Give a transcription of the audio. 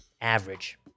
average